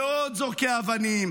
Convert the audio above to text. ועוד זורקי אבנים,